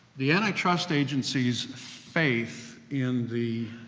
the antitrust agencies' faith in the,